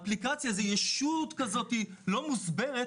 היא ישות כזאת לא מוסברת,